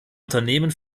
unternehmen